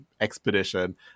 expedition